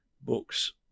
books